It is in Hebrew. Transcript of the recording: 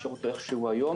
להשאיר אותו איך שהוא היום.